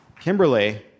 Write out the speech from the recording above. Kimberly